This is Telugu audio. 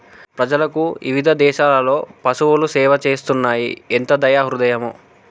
ప్రజలకు ఇవిధ దేసాలలో పసువులు సేవ చేస్తున్నాయి ఎంత దయా హృదయమో